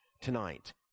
tonight